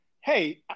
hey